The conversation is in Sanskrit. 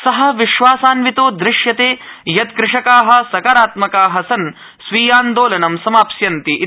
स विश्वासान्वितो दृश्यते यत् कृषका सकारात्मका सन् स्वीयान्दोलनं समाप्स्यन्ति इति